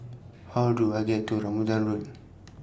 How Do I get to Rambutan Road